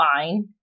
fine